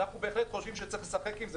אנחנו בהחלט חושבים שצריך לשחק את זה,